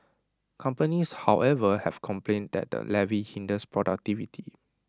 companies however have complained that the levy hinders productivity